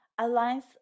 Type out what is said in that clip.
aligns